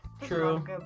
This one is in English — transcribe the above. True